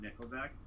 Nickelback